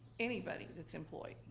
anybody that's employed,